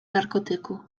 narkotyku